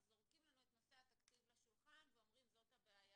זורקים לנו לשולחן את נושא התקציב ואומרים שזאת הבעיה.